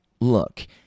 look